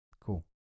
Cool